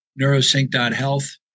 neurosync.health